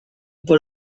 por